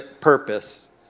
purpose